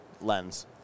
lens